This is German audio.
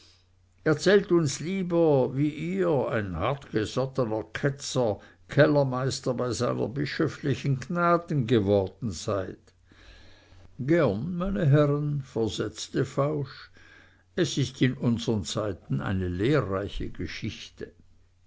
erzählt uns lieber wie ihr ein hartgesottener ketzer kellermeister bei seiner bischöflichen gnaden geworden seid gern meine herren versetzte fausch es ist in unsern zeiten eine lehrreiche geschichte